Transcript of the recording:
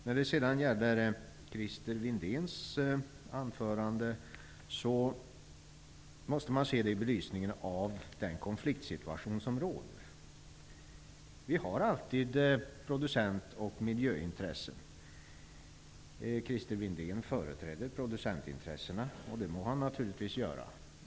När det sedan gäller Christer Windéns anförande måste man se det i belysningen av den konfliktsituation som råder. Vi har alltid producent och miljöintressen. Christer Windén företräder producentintressena, och det må han naturligvis göra.